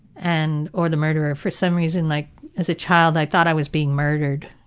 and, or the murderer. for some reason like as a child, i thought i was being murdered.